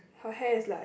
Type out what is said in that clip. her hair is like